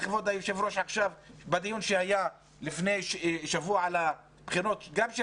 בדיון שהיה לפני שבוע על הבחינות של